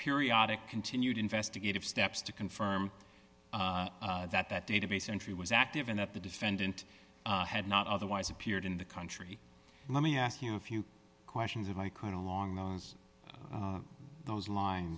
periodic continued investigative steps to confirm that that database entry was active and that the defendant had not otherwise appeared in the country let me ask you a few questions if i could along those those line